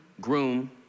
groom